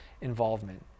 involvement